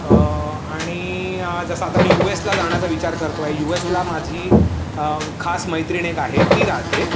आणि आणि जसं आता मी यूएसला जाण्याचा विचार करतोय यूएसला माझी खास मैत्रिणीक आहे ती राहते